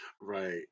Right